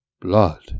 blood